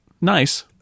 nice